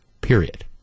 period